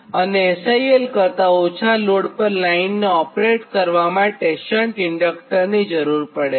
અને SIL કરતાં ઓછા લોડ પર લાઇનને ઓપરેટ કરવા શન્ટ ઇન્ડક્ટરની જરૂર પડે છે